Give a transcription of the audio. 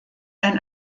ein